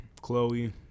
Chloe